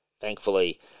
Thankfully